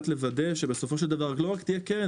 לוודא שבסופו של דבר לא רק תהיה קרן,